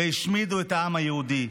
והשמידו את העם היהודי.